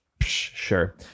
sure